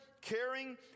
caring